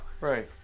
Right